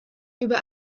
über